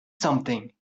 something